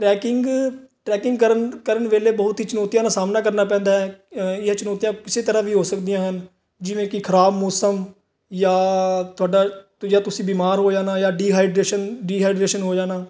trekking trekking ਕਰਨ ਕਰਨ ਵੇਲੇ ਬਹੁਤ ਹੀ ਚੁਣੌਤੀਆਂ ਦਾ ਸਾਹਮਣਾ ਕਰਨਾ ਪੈਂਦਾ ਹੈ ਜਾਂ ਚੁਣੌਤੀਆਂ ਕਿਸੇ ਤਰ੍ਹਾਂ ਵੀ ਹੋ ਸਕਦੀਆਂ ਹਨ ਜਿਵੇਂ ਕਿ ਖਰਾਬ ਮੌਸਮ ਜਾਂ ਤੁਹਾਡਾ ਜਾਂ ਤੁਸੀਂ ਬਿਮਾਰ ਹੋ ਜਾਣਾ ਜਾਂ ਡੀਹਾਈਡਰੇਸ਼ਨ ਡੀਹਾਈਡਰੇਸ਼ਨ ਹੋ ਜਾਣਾ